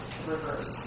reverse